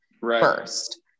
first